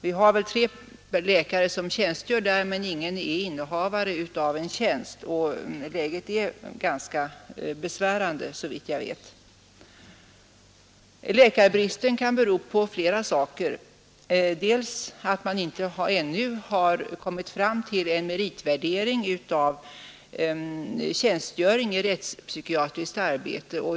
Det är visst tre läkare som tjänstgör där, men ingen av dem är innehavare av en tjänst, och läget är såvitt jag vet ganska besvärande. Läkarbristen kan naturligtvis ha flera'orsaker. Först och främst kan den bero på att man ännu inte har kommit fram till en meritvärdering av tjänstgöring i rättspsykiatriskt arbete.